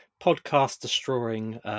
podcast-destroying